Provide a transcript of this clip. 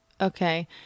Okay